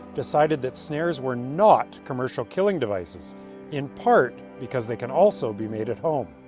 decided that snares were not commercial killing devices in part, because they can also be made at home.